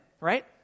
right